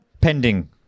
Pending